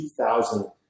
2000